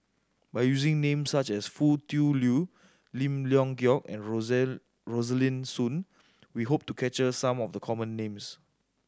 by using names such as Foo Tui Liew Lim Leong Geok and Rosaline Soon we hope to capture some of the common names